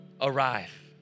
arrive